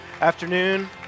afternoon